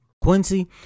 Quincy